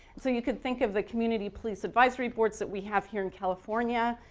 so you could think of the community policing advisory boards that we have here in california.